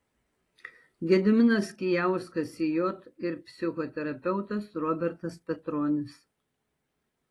gediminas kijauskas sj ir psichoterapeutas robertas petronis